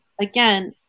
Again